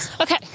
okay